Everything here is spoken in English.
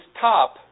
top